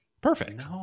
Perfect